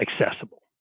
accessible